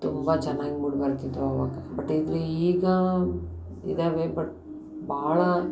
ತುಂಬ ಚೆನ್ನಾಗಿ ಮೂಡಿಬರ್ತಿತ್ತು ಅವಾಗ ಬಟ್ ಇಲ್ಲಿ ಈಗ ಇದ್ದಾವೆ ಬಟ್ ಭಾಳ